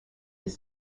his